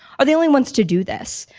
are the only ones to do this.